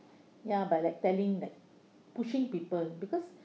ya but like telling like pushing people because